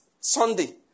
Sunday